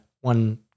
one